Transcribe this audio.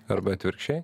arba atvirkščiai